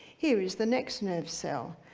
here is the next nerve cell.